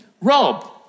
Rob